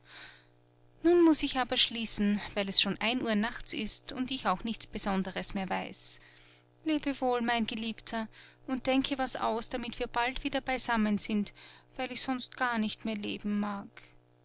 nun muß ich aber schließen weil es schon ein uhr nachts ist und ich auch nichts besonderes mehr weiß lebe wohl mein geliebter und denke was aus damit wir bald wieder beisammen sind weil ich sonst gar nicht mehr leben mag